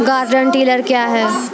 Garden tiller क्या हैं?